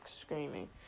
screaming